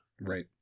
Right